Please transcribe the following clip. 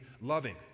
loving